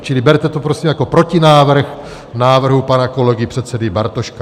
Čili berte to prosím jako protinávrh k návrhu pana kolegy předsedy Bartoška.